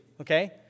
okay